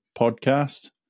podcast